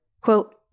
Quote